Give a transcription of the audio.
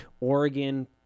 Oregon